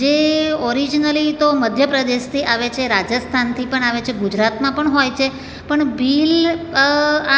જે ઓરિજિનલી તો મધ્યપ્રદેશથી આવે છે રાજસ્થાનથી પણ આવે છે ગુજરાતમાં પણ હોય છે પણ ભીલ